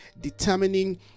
determining